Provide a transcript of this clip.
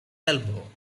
elbow